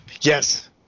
Yes